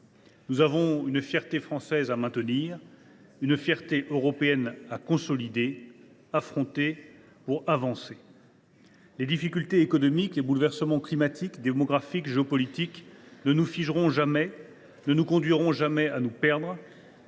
Nous avons une fierté française à maintenir et une fierté européenne à consolider : il nous faut affronter pour avancer. « Les difficultés économiques et les bouleversements climatiques, démographiques ou géopolitiques ne nous figeront jamais et ne nous conduiront jamais à nous perdre.